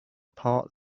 part